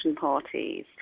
parties